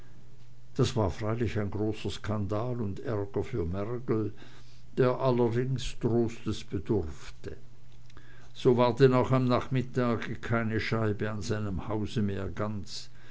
das war freilich ein großer skandal und ärger für mergel der allerdings trostes bedurfte so war denn auch am nachmittage keine scheibe an seinem hause mehr ganz